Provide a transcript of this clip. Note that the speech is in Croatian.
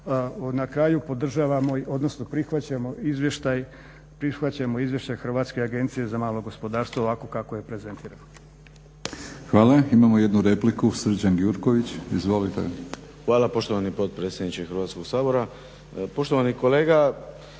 odnosno prihvaćamo Izvještaj Hrvatske agencije za malo gospodarstvo ovako kako je prezentirano.